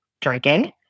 drinking